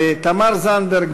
תמר זנדברג,